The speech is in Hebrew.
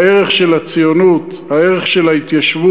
הערך של הציונות, הערך של ההתיישבות,